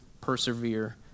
persevere